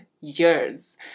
years